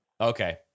Okay